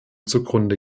zugrunde